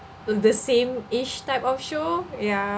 uh the sameish type of show ya